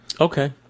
Okay